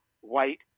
white